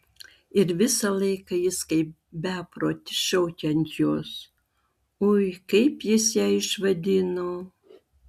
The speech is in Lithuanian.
ir visą laiką jis kaip beprotis šaukia ant jos ui kaip jis ją išvadino